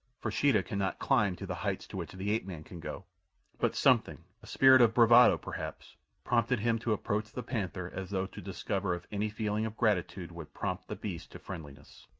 for sheeta cannot climb to the heights to which the ape-man can go but something, a spirit of bravado perhaps, prompted him to approach the panther as though to discover if any feeling of gratitude would prompt the beast to friendliness.